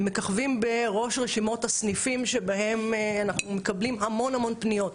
מככבים בראש רשימות הסניפים שבהם אנחנו מקבלים המון המון פניות.